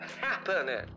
Happening